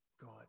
God